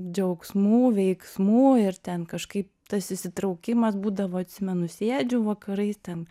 džiaugsmų veiksmų ir ten kažkaip tas įsitraukimas būdavo atsimenu sėdžiu vakarais ten